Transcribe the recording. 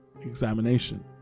examination